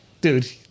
dude